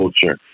culture